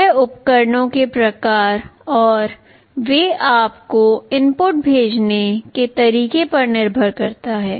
यह उपकरणों के प्रकार और वे आपको इनपुट भेजने के तरीके पर निर्भर करता है